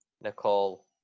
Nicole